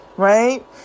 Right